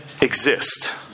exist